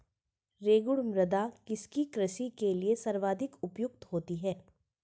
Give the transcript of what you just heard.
रेगुड़ मृदा किसकी कृषि के लिए सर्वाधिक उपयुक्त होती है?